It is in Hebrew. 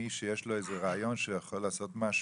מי שיש לו איזה רעיון שיכול לעשות משהו,